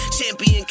champion